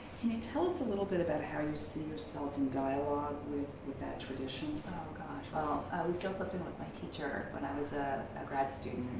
can you tell us a little bit about how you see yourself in dialogue with that tradition? oh gosh. well lucille clifton was my teacher when i was a grad student.